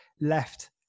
left